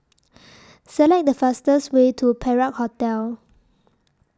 Select The fastest Way to Perak Hotel